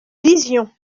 lisions